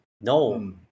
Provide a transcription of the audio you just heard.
no